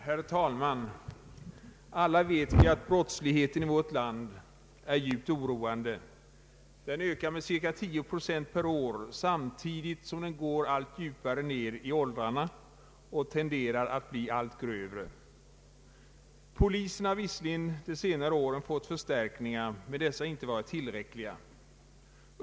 Herr talman! Alla vet vi att brottsligheten i vårt land är djupt oroande. Den ökar med cirka 10 procent per år samtidigt som den går allt längre ned i åldrarna och tenderar att bli allt grövre. Polisen har visserligen de senaste åren fått förstärkningar, men dessa har inte varit tillräckliga.